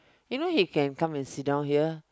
you know he can come and sit down here